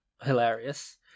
hilarious